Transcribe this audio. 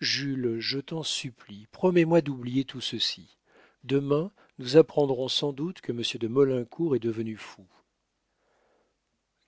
jules je t'en supplie promets-moi d'oublier tout ceci demain nous apprendrons sans doute que monsieur de maulincour est devenu fou